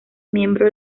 miembro